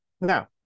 Now